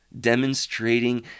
demonstrating